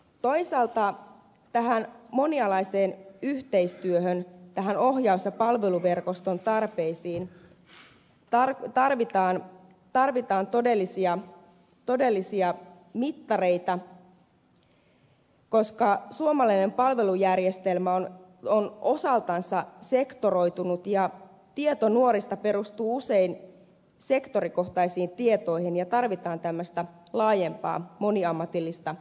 toisaalta tähän monialaiseen yhteistyöhön ohjaus ja palveluverkoston tarpeisiin tarvitaan todellisia mittareita koska suomalainen palvelujärjestelmä on osaltansa sektoroitunut ja tieto nuorista perustuu usein sektorikohtaisiin tietoihin ja tarvitaan tämmöistä laajempaa moniammatillista yhteistyötä